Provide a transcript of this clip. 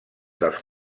dels